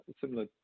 similar